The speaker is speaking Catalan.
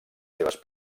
seves